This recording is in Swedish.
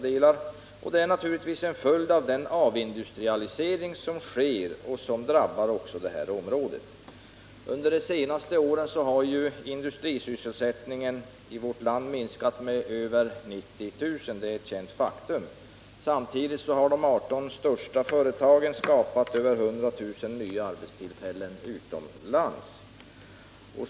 De är naturligtvis en följd av den avindustrialisering som sker och som drabbar även det här området. Under de senaste åren har industrisysselsättningen i vårt land minskat med över 90 000 arbetstillfällen. Det är ett känt faktum. Samtidigt har de 18 största företagen skapat över 100 000 nya arbetstillfällen utomlands.